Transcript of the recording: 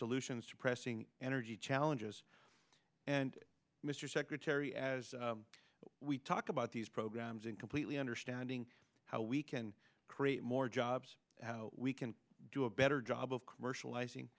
solutions to pressing energy challenges and mr secretary as we talk about these programs and completely understanding how we can create more jobs how we can do a better job of commercialising